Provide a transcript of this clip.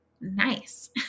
nice